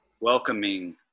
welcoming